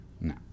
No